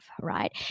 right